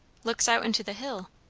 looks out into the hill.